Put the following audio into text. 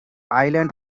island